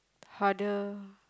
harder